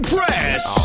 Press